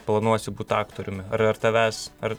planuosi būt aktoriumi ar ar tavęs ar